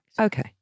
Okay